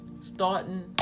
starting